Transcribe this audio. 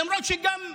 למרות שגם גרמנים,